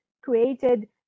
created